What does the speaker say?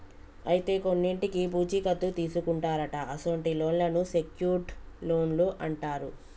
అయితే కొన్నింటికి పూచీ కత్తు తీసుకుంటారట అసొంటి లోన్లను సెక్యూర్ట్ లోన్లు అంటారు